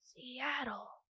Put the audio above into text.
Seattle